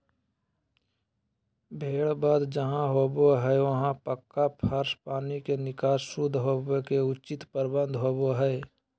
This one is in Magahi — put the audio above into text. भेड़ वध जहां होबो हई वहां पक्का फर्श, पानी के निकास, शुद्ध हवा के उचित प्रबंध होवअ हई